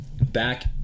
back